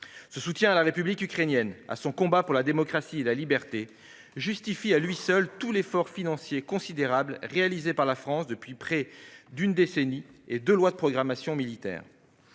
Ce soutien à la République ukrainienne, à son combat pour la démocratie et la liberté justifie à lui seul l'effort financier considérable réalisé par la France depuis près d'une décennie au travers de deux lois de programmation militaire.